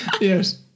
Yes